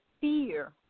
fear